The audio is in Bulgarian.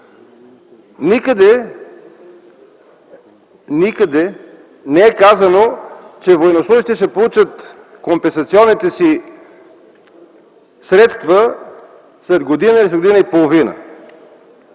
Никъде не е казано, че военнослужещите ще получат компенсационните си средства след година или година и половина.